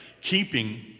keeping